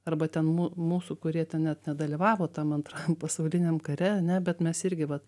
arba ten mū mūsų kurie ten net nedalyvavo tam antrajam pasauliniam kare ane bet mes irgi vat